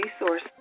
resource